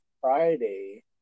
Friday